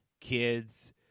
kids